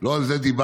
לא על זה דיברתי,